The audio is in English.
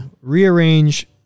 rearrange